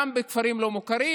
גם בכפרים הלא-מוכרים,